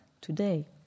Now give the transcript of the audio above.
today